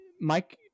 Mike